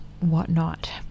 whatnot